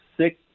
six